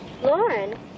Lauren